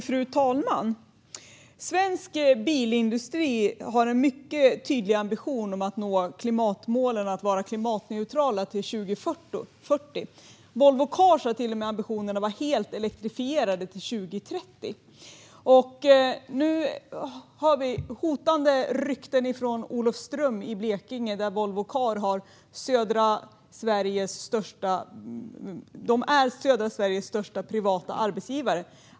Fru talman! Svensk bilindustri har en mycket tydlig ambition om att nå klimatmålen och att vara klimatneutral till 2040. Volvo Cars har till och med ambitionen att vara helt elektrifierat till 2030. Nu hör vi allvarliga rykten från Olofström i Blekinge, där Volvo Cars är södra Sveriges största privata arbetsgivare.